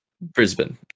Brisbane